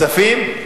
כספים.